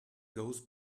goes